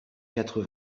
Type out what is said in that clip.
quatre